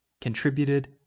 contributed